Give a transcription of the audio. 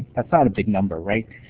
that's not a big number, right?